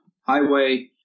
highway